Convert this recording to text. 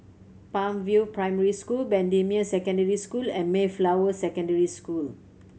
Palm View Primary School Bendemeer Secondary School and Mayflower Secondary School